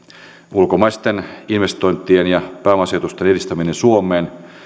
ulkomaisten investointien ja pääomasijoitusten edistäminen suomeen